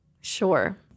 Sure